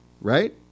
Right